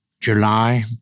July